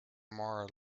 more